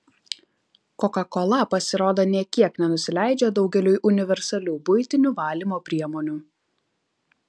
kokakola pasirodo nė kiek nenusileidžia daugeliui universalių buitinių valymo priemonių